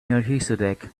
melchizedek